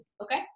Okay